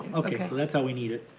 okay, so that's how we need it.